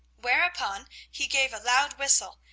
whereupon he gave a loud whistle,